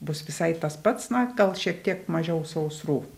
bus visai tas pats na gal šiek tiek mažiau sausrų